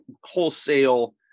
wholesale